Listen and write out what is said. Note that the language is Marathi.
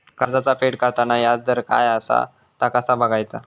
कर्जाचा फेड करताना याजदर काय असा ता कसा बगायचा?